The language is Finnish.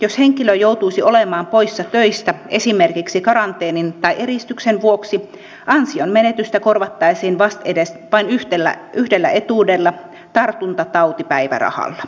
jos henkilö joutuisi olemaan poissa töistä esimerkiksi karanteenin tai eristyksen vuoksi ansionmenetystä korvattaisiin vastedes vain yhdellä etuudella tartuntatautipäivärahalla